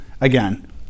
again